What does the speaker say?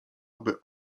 aby